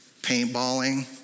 paintballing